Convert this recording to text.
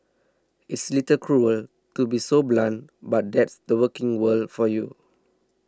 it's a little cruel to be so blunt but that's the working world for you